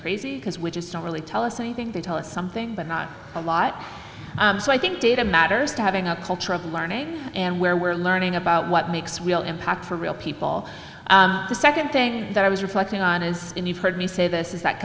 crazy because we just don't really tell us anything they tell us something but not a lot so i think data matters to having a culture of learning and where we're learning about what makes real impact for real people the second thing that i was reflecting on is and you've heard me say this is that